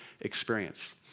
experience